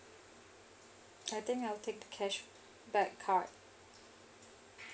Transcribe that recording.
I think I'll take the cashback card